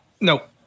Nope